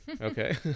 Okay